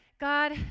God